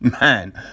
man